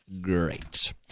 great